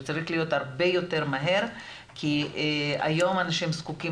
זה צריך להיות הרבה יותר מהר כי היום האנשים זקוקים